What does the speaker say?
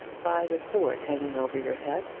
by the sword hanging over your head?